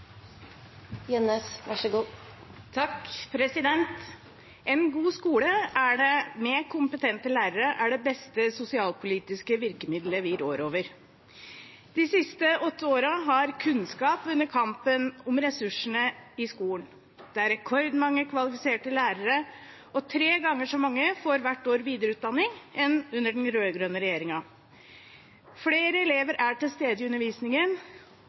det beste sosialpolitiske virkemiddelet vi rår over. De siste åtte årene har kunnskap vunnet kampen om ressursene i skolen. Det er rekordmange kvalifiserte lærere, og tre ganger så mange får hvert år videreutdanning som under den rød-grønne regjeringen. Flere elever er til